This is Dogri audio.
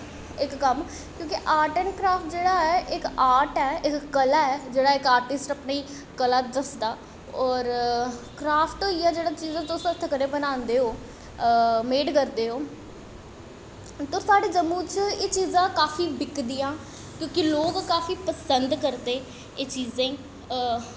इक कम्म क्योंकि आर्ट ऐंड़ क्राफ्ट जेह्ड़ा ऐ इक आर्ट ऐ इक कला ऐ जेह्ड़ा इक आर्टिस्ट अपनी कला दसदा ऐ होर क्राफ्ट इ'यै ऐ कि जेह्का तुस हत्थें कन्नें बनांदे ओ मेड़ करदे ओह् तूस साढ़े जम्मू च एह् चीजां काफी बिकदियां क्योंकि लोग काफी पसंग करदे एह् चीजें गी